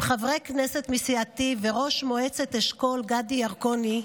עם חברי כנסת מסיעתי וראש מועצת אשכול גדי ירקוני,